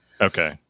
Okay